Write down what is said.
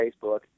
Facebook